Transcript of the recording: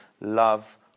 love